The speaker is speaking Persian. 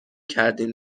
کردین